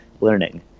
learning